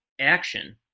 action